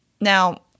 Now